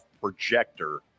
projector